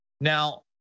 Now